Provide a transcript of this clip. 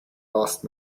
last